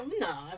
No